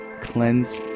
Cleanse